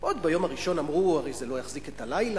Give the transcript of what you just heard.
שעוד ביום הראשון הם אמרו: הרי זה לא יחזיק את הלילה.